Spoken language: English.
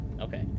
Okay